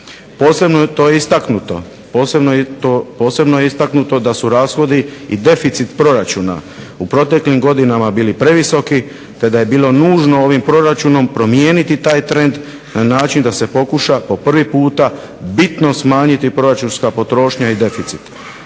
Posebno je to istaknuto da su rashodi i deficit proračuna u proteklim godinama bili previsoki te da je bilo nužno ovim proračunom promijeniti taj trend na način da se pokuša po prvi puta bitno smanjiti proračunska potrošnja i deficit.